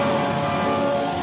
oh